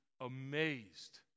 amazed